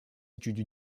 études